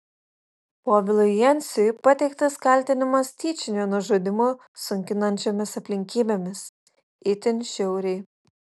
povilui jenciui pateiktas kaltinimas tyčiniu nužudymu sunkinančiomis aplinkybėmis itin žiauriai